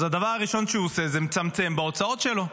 אז הדבר הראשון שהוא עושה זה לצמצם בהוצאות שלו,